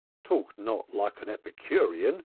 talk not like an epicurean,